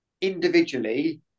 individually